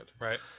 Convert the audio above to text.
Right